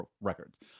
records